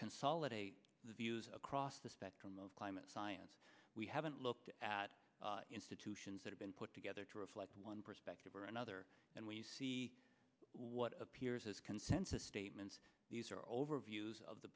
consolidate views across the spectrum of climate science we haven't looked at institutions that have been put together to reflect one perspective or another and when you see what appears as consensus statements these are overviews of the